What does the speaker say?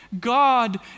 God